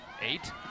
Eight